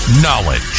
Knowledge